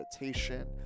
meditation